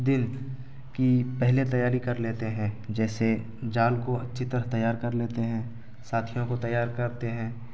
دن کی پہلے تیاری کر لیتے ہیں جیسے جال کو اچھی طرح تیار کر لیتے ہیں ساتھیوں کو تیار کرتے ہیں